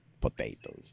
potatoes